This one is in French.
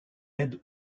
aide